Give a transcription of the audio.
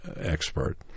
expert